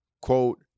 quote